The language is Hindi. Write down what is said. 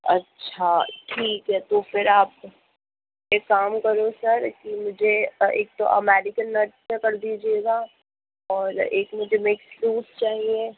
अच्छा ठीक है तो फिर आप एक काम करो सर कि मुझे एक तो अमेरीकन नट्स में कर दीजिएगा और एक मुझे मिक्स फ्रूट चाहिए